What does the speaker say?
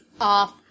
off